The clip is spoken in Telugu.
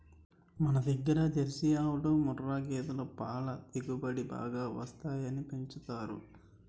మనదగ్గర జెర్సీ ఆవులు, ముఱ్ఱా గేదులు పల దిగుబడి బాగా వస్తాయని పెంచుతారు